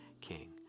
king